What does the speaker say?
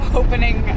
opening